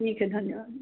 ठीक है धन्यवाद